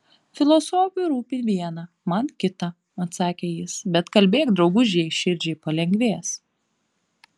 filosofui rūpi viena man kita atsakė jis bet kalbėk drauguži jei širdžiai palengvės